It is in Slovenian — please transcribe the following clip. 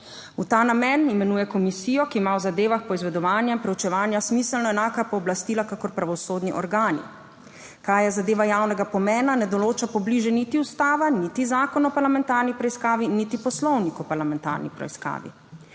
V ta namen imenuje komisijo, ki ima v zadevah poizvedovanja in preučevanja smiselno enaka pooblastila kakor pravosodni organi. Kaj je zadeva javnega pomena ne določa pobliže niti ustava, niti zakon o parlamentarni preiskavi, niti poslovnik o parlamentarni preiskavi,